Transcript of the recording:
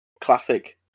Classic